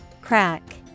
Crack